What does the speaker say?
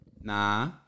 Nah